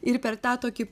ir per tą tokį